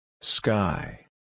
Sky